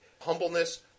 humbleness